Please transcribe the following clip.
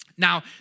Now